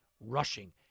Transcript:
rushing